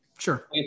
Sure